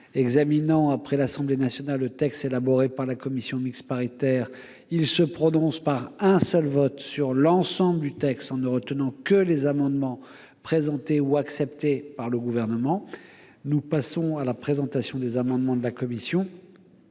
examinant après l'Assemblée nationale le texte élaboré par la commission mixte paritaire, il se prononce par un seul vote sur l'ensemble du texte en ne retenant que les amendements présentés ou acceptés par le Gouvernement. Je donne lecture du texte élaboré par la commission